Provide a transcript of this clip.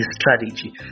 strategy